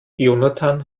jonathan